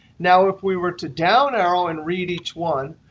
now, if we were to down arrow and read each one,